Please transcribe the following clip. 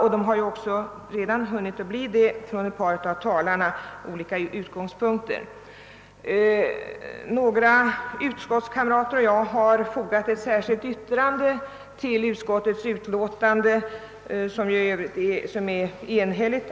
Några av dem har redan blivit belysta från olika utgångspunkter av de föregåendede talarna. Några utskottskamrater och jag har fogat ett särskilt yttrande till utskottsutlåtandet, som i övrigt är enhälligt.